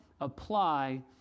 apply